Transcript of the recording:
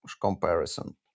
comparison